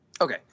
Okay